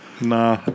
Nah